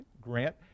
grant